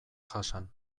jasan